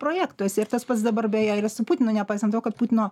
projektuose ir tas pats dabar beje yra su putinu nepaisant to kad putino